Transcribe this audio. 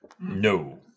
No